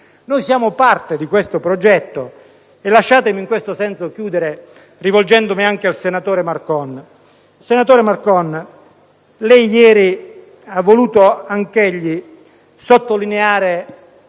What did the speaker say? Noi siamo parte di questo progetto. Lasciatemi chiudere rivolgendomi al senatore Marton. Senatore Marton, lei ieri ha voluto sottolineare